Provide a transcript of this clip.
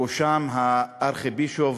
בראשם הארכיבישוף